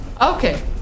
okay